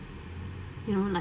you know like